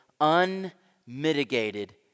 unmitigated